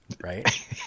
Right